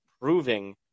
proving